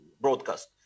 broadcast